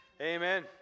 amen